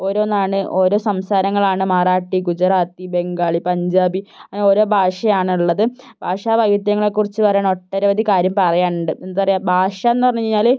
ഓരോന്നാണ് ഓരോ സംസാരങ്ങളാണ് മറാഠി ഗുജറാത്തി ബംഗാളി പഞ്ചാബി അങ്ങനെ ഓരോ ഭാഷയാണ് ഉള്ളത് ഭാഷാവൈവിധ്യങ്ങളെക്കുറച്ച് പറയുകയാണെങ്കിൽ ഒട്ടനവധി കാര്യം പറയാനുണ്ട് എന്താ പറയുക ഭാഷയെന്ന് പറഞ്ഞു കഴിഞ്ഞാൽ